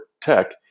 tech